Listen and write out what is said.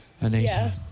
Anita